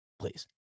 please